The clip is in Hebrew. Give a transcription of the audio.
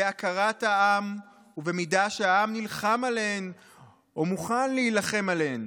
בהכרת העם ובמידה שהעם נלחם עליהן ומוכן להילחם עליהם.